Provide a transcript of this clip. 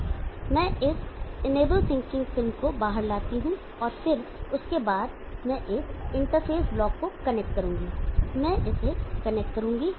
फिर मैं इस इनेबल सिंकिंग पिन को बाहर लाता हूं और फिर उसके बाद मैं इस इंटरफ़ेस ब्लॉक को कनेक्ट करूंगा मैं इसे कनेक्ट करूंगा